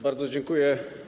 Bardzo dziękuję.